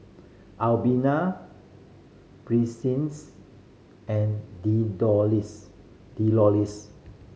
Albina and Delois